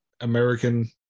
American